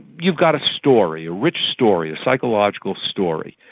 you've got a story, a rich story, a psychological story.